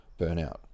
burnout